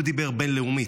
הוא דיבר בין-לאומית.